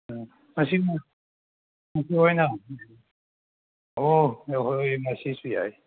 ꯉꯁꯤꯅ ꯉꯁꯤ ꯑꯣꯏꯅ ꯍꯣ ꯍꯣꯏ ꯍꯣꯏ ꯉꯁꯤꯁꯨ ꯌꯥꯏ